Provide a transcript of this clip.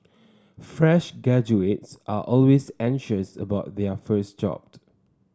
fresh are always anxious about their first job